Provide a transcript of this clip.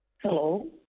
Hello